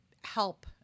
help